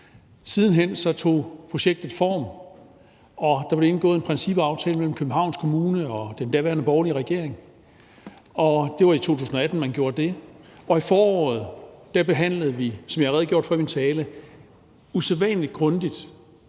Siden hen tog projektet form, og der blev indgået en principaftale mellem Københavns Kommune og den daværende borgerlige regering – det var i 2018, man gjorde det. Og i foråret behandlede vi, som jeg